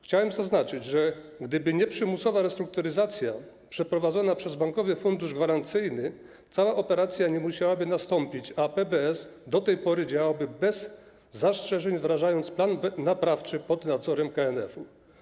Chciałem zaznaczyć, że gdyby nie przymusowa restrukturyzacja przeprowadzona przez Bankowy Fundusz Gwarancyjny, cała operacja nie musiałaby nastąpić, a PBS do tej pory działałby bez zastrzeżeń, wdrażając plan naprawczy pod nadzorem KNF.